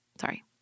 Sorry